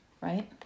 right